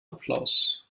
applaus